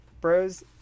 Bros